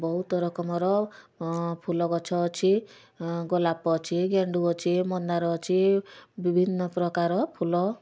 ବହୁତ ରକମର ଫୁଲ ଗଛ ଅଛି ଗୋଲାପ ଅଛି ଗେଣ୍ଡୁ ଅଛି ମନ୍ଦାର ଅଛି ବିଭିନ୍ନ ପ୍ରକାର ଫୁଲ